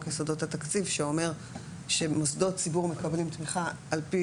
יסודות התקציב שאומר שמוסדות ציבור מקבלים תמיכה על פי